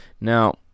Now